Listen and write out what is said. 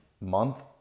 month